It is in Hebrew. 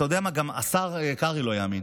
אתה יודע מה, גם השר קרעי לא יאמין